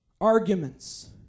Arguments